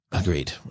agreed